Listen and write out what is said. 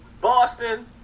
Boston